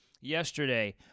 yesterday